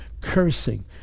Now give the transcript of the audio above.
cursing